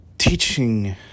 Teaching